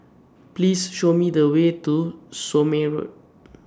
Please Show Me The Way to Somme Road